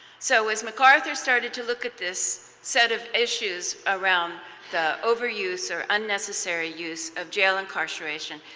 so as macarthur started to look at this set of issues around the overuse are unnecessary use of jailed incarceration,